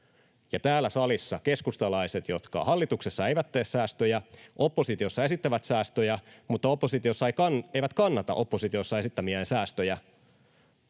täällä salissa keskustalaiset, jotka hallituksessa eivät tee säästöjä ja oppositiossa esittävät säästöjä mutta oppositiossa eivät kannata oppositiossa esittämiään säästöjä,